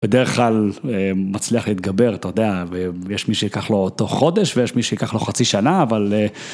בדרך כלל מצליח להתגבר, אתה יודע, ויש מי שיקח לו אותו חודש ויש מי שיקח לו חצי שנה אבל...